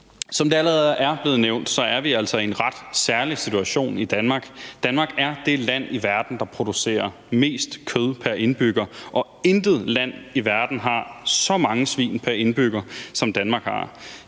Som det allerede er blevet nævnt, er vi altså i en ret særlig situation i Danmark. Danmark er det land i verden, der producerer mest kød pr. indbygger, og intet land i verden har så mange svin pr. indbygger, som Danmark har.